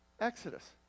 Exodus